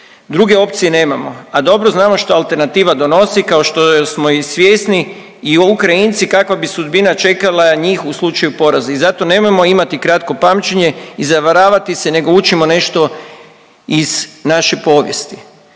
Druge opcije nemamo, a dobro znamo što alternativa donosi kao što smo i svjesni i o Ukrajinci kakva bi sudbina čekala njih u slučaju poraza i zato nemojmo imati kratko pamćenje i zavaravati se nego učimo nešto iz naše povijesti.